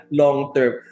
long-term